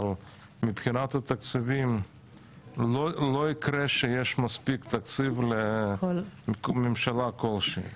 אבל מבחינת התקציבים לא יקרה שיש מספיק תקציב ממשלה כלשהו.